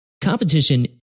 competition